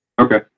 Okay